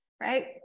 Right